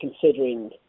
considering